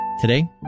Today